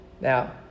Now